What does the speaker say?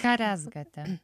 ką rezgate